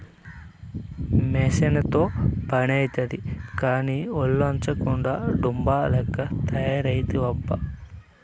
మెసీనుతో పనైతాది కానీ, ఒల్లోంచకుండా డమ్ము లెక్క తయారైతివబ్బా